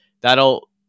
that'll